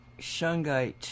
Shungite